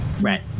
Right